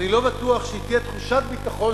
אני לא בטוח שתהיה תחושת ביטחון,